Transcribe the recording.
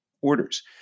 orders